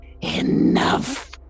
enough